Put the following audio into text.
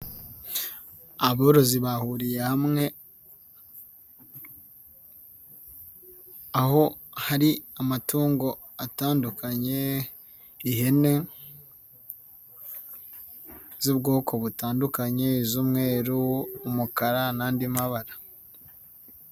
Aborozi bahuriye hamwe aho hari amatungo atandukanye ihene z'ubwoko butandukanye, z'umweru, umukara n'andi mabara.